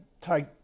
take